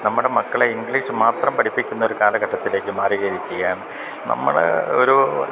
നമ്മുടെ മക്കളെ ഇങ്ക്ളീഷ് മാത്രം പഠിപ്പിക്കുന്ന ഒരു കാലഘട്ടത്തിലേക്ക് മാറിയിരിക്കുകയാണ് നമ്മൾ ഒരു